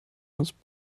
was